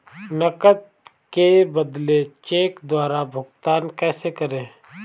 नकद के बदले चेक द्वारा भुगतान कैसे करें?